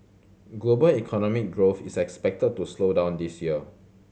global economic growth is expected to slow down this year